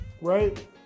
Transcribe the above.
right